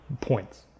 points